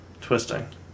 twisting